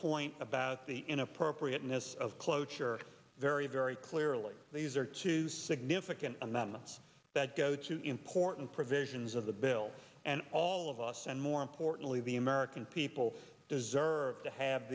point about the inappropriateness of cloture very very clearly these are two significant amendments that go to important provisions of the bill and all of us and more importantly the american people deserve to have